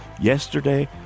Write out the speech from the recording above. Yesterday